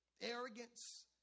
Arrogance